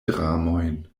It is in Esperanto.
dramojn